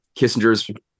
Kissinger's